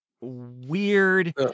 weird